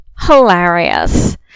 hilarious